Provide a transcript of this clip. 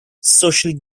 social